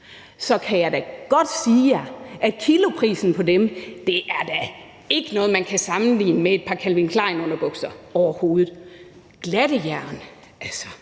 så kan jeg da godt sige jer, at kiloprisen på dem overhovedet ikke er noget, man kan sammenligne med et par Calvin Klein-underbukser. Glattejern og